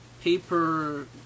paper